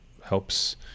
helps